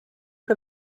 que